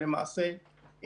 למעשה,